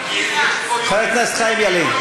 חבר הכנסת חיים ילין.